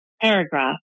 paragraph